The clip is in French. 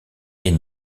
est